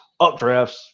updrafts